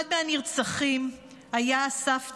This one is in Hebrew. אחד מהנרצחים היה אסף צור,